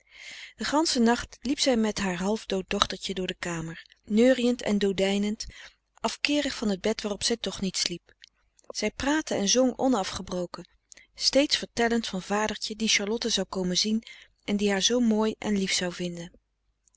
den ganschen nacht liep zij met haar halfdood dochtertje door de kamer neuriënd en dodeinend afkeerig van t bed waarop zij toch niet sliep zij praatte en zong onafgebroken steeds vertellend van vadertje die charlotte zou komen zien en die haar zoo mooi en lief frederik van